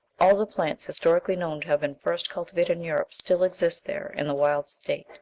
all the plants historically known to have been first cultivated in europe still exist there in the wild state.